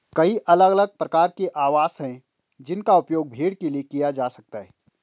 कई अलग अलग प्रकार के आवास हैं जिनका उपयोग भेड़ के लिए किया जा सकता है